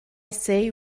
say